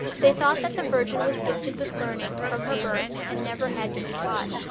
they thought that the virgin was gifted with learning from her birth and never had to be taught.